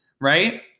right